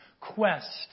quest